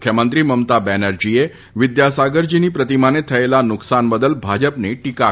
મુખ્યમંત્રી મમતા બેનરજીએ વિદ્યાસાગરજીની પ્રતિમાને થયેલા નુકસાન બદલ ભાજપની ટીકા કરી છે